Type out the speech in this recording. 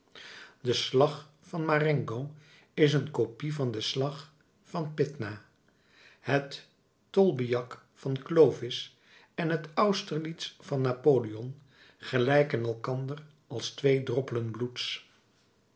de slag van marengo is een copie van den slag van pydna het tolbiac van clovis en het austerlitz van napoleon gelijken elkander als twee droppelen bloeds